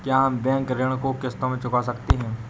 क्या हम बैंक ऋण को किश्तों में चुका सकते हैं?